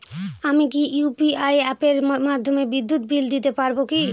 আমি কি ইউ.পি.আই অ্যাপের মাধ্যমে বিদ্যুৎ বিল দিতে পারবো কি?